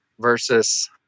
versus